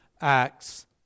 acts